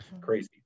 Crazy